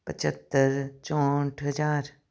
ਪਝੱਤਰ ਚੌਂਹਠ ਹਜ਼ਾਰ